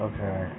Okay